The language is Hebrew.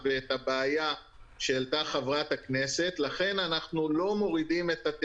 שלפיו ועדת הכלכלה יכולה להחליט אם היא מאשרת את כל